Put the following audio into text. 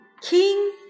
King